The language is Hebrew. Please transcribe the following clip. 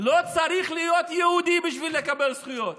לא צריך להיות יהודי כדי לקבל זכויות.